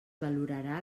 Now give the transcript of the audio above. valorarà